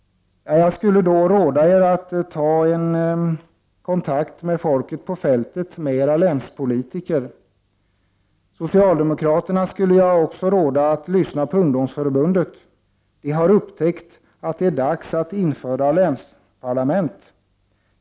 Jag skulle råda er att ta en kontakt med folket på fältet, med era länspolitiker. Socialdemokraterna skulle jag också råda att lyssna på ungdomsförbundet. Det har upptäckt att det är dags att införa länsparlament.